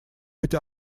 быть